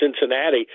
Cincinnati